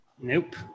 Nope